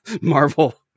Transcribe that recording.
Marvel